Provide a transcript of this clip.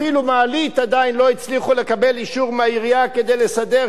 אפילו מעלית עדיין לא הצליחו לקבל אישור מהעירייה כדי לסדר,